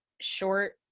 short